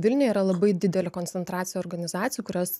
vilniuje yra labai didelė koncentracija organizacijų kurios